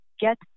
get